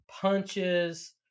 punches